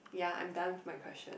ya I am done with my question